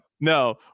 no